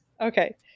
Okay